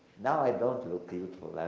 now i don't look beautiful.